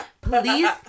Please